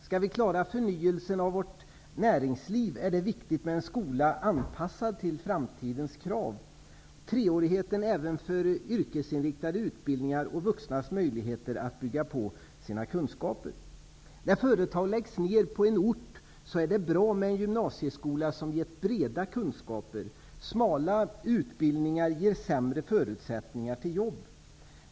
Skall vi klara förnyelsen av vårt näringsliv är det viktigt med en skola anpassad till framtidens krav; treårighet även för yrkesinriktade utbildningar och möjligheter för vuxna att bygga på sina kunskaper. När företag läggs ned på en ort är det bra med en gymnasieskola som har gett breda kunskaper. Smala utbildningar ger sämre förutsättningar för jobb.